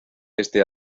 este